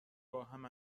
باهم